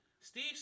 Steve